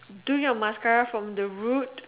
do your mascara from the root